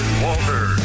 Walter